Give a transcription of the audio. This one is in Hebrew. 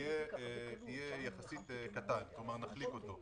ניכוי מסכומים ששולמו מקרן השתלמות.